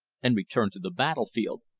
and returned to the battle field.